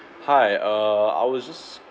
hi uh I was just